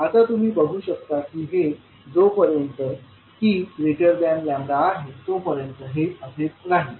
आता तुम्ही बघू शकता की हे जोपर्यंत t आहे तोपर्यंत हे असेच राहील